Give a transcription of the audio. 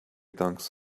dunks